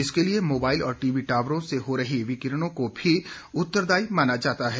इसके लिए मोबाइल और टीवी टावरों से हो रही विकिरणों को भी उतरदायी माना जाता है